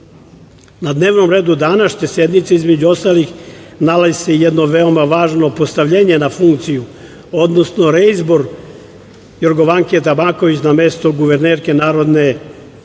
dnevnom redu današnje sednice, između ostalih nalazi se jedno veoma važno postavljenje na funkciju, odnosno reizbor Jorgovanke Tabaković na mesto guvernerke Narodne banke